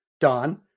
Don